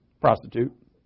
Prostitute